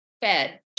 fed